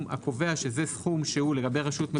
הקובע שזה סכום לגבי רשות מקומית,